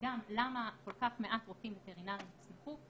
גם למה כל כך מעט רופאים וטרינריים הוסמכו,